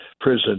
prison